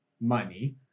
money